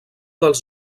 dels